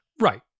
Right